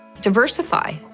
Diversify